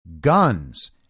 guns